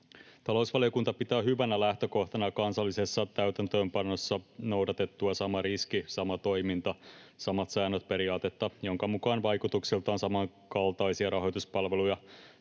Talousvaliokunta pitää hyvänä lähtökohtana kansallisessa täytäntöönpanossa noudatettua ”sama riski, sama toiminta, samat säännöt” ‑periaatetta, jonka mukaan vaikutuksiltaan samankaltaisia rahoituspalveluja